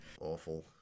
Awful